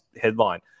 headline